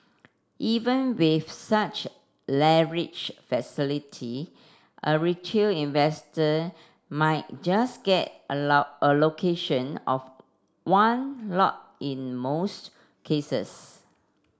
even with such leverage facility a retail investor might just get allow allocation of one lot in most cases